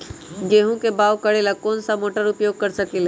गेंहू के बाओ करेला हम कौन सा मोटर उपयोग कर सकींले?